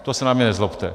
To se na mě nezlobte.